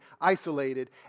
isolated